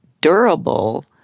durable